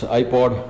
iPod